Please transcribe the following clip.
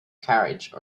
carriage